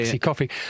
coffee